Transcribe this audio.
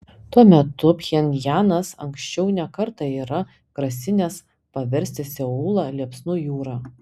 tuo metu pchenjanas anksčiau ne kartą yra grasinęs paversti seulą liepsnų jūra